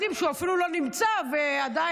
אם זה מה --- מה זה קשור אליי אבל?